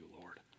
Lord